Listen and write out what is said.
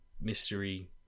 mystery